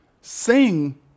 sing